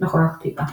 מכונת כתיבה.